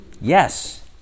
Yes